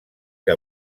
que